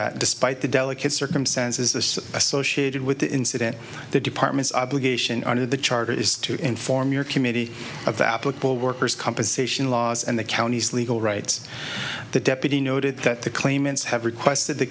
that despite the delicate circumstances this associated with the incident the department's obligation under the charter is to inform your committee of the applicable worker's compensation laws and the county's legal rights the deputy noted that the claimants have requested the